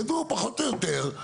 ידעו פחות או יותר,